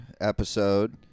episode